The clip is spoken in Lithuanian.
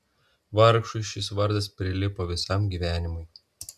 vargšui šis vardas prilipo visam gyvenimui